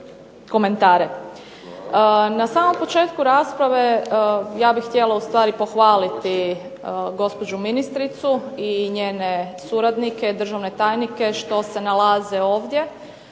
Na samom početku rasprave ja bih htjela ustvari pohvaliti gospođu ministricu i njene suradnike, državne tajnike što se nalaze ovdje,